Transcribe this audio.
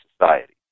society